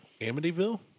Amityville